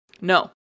No